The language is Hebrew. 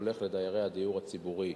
הולך לדיירי הדיור הציבורי.